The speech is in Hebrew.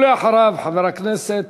ואחריו, חבר הכנסת